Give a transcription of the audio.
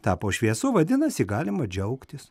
tapo šviesu vadinasi galima džiaugtis